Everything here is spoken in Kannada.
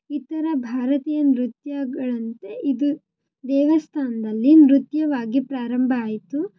ಇತರ ಭಾರತೀಯ ನೃತ್ಯಗಳಂತೆ ಇದು ದೇವಸ್ಥಾನದಲ್ಲಿ ನೃತ್ಯವಾಗಿ ಪ್ರಾರಂಭ ಆಯಿತು